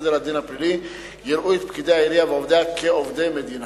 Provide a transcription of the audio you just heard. סדר הדין הפלילי יראו את פקידי העירייה ועובדיה כעובדי מדינה.